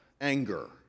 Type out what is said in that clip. anger